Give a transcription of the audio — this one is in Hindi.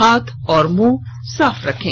हाथ और मुंह साफ रखें